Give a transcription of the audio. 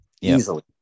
easily